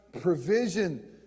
provision